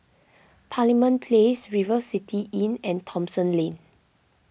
Parliament Place River City Inn and Thomson Lane